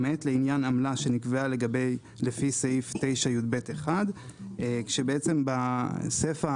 למעט לעניין עמלה שנקבעה לפי סעיף 9יב1. כשבעצם בסיפא